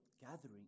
gathering